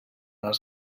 els